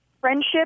friendship